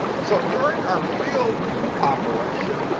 so during our field operation,